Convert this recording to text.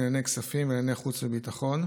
לענייני כספים ולענייני חוץ וביטחון,